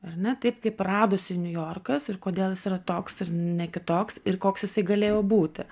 ar ne taip kaip radosi niujorkas ir kodėl jis yra toks ir ne kitoks ir koks jisai galėjo būti